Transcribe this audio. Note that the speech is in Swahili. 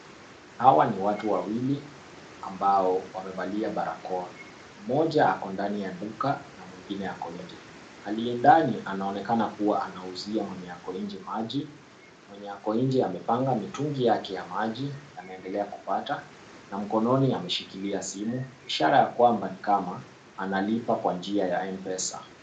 Hawa ni watu wawili ambao wamevalia barakoa. Mmoja ako ndani ya duka na mwingine ako nje. Aliye ndani anaonekana kuwa anauzia mwenye ako nje maji, mwenye ako nje amepanga mitungi yake ya maji anaendelea kupata, na mkononi ameshikilia simu ishara ya kwamba ni kama analipa kwa njia ya mpesa.